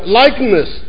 likeness